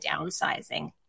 downsizing